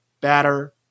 batter